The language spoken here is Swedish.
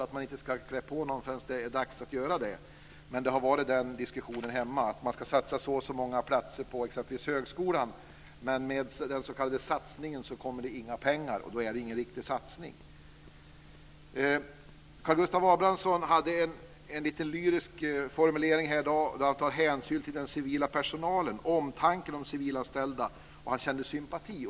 Man ska kanske inte klä på någon förrän det är dags att göra det. Men det har varit den diskussionen hemma. Man ska satsa på så och så många platser i exempelvis högskolan. Men med den s.k. satsningen kommer det inga pengar, och då är det ingen riktig satsning. Karl Gustav Abramsson hade en lite lyrisk formulering om att ta hänsyn till den civila personalen, omtanken om civilanställda. Han kände sympati.